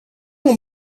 mon